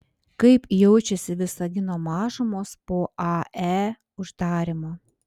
kaip jaučiasi visagino mažumos po ae uždarymo